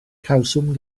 cawsom